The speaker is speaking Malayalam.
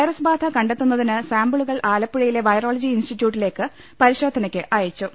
വൈറസ് ബാധ കണ്ടെത്തുന്നതിന് സാമ്പിളുകൾ ആലപ്പുഴയിലെ വൈറോളജി ഇൻസ്റ്റിറ്റ്യൂട്ടിലേക്ക് പരിശോധനയ്ക്ക് അയച്ചു